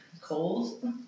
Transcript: Cold